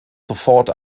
sofort